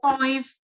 five